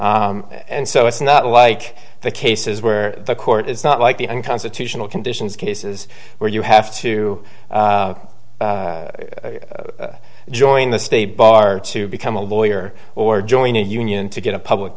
and so it's not like the cases where the court is not like the unconstitutional conditions cases where you have to to join the state bar to become a lawyer or join a union to get a public